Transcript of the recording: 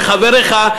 וחבריך,